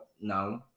no